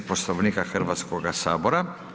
Poslovnika Hrvatskog sabora.